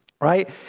Right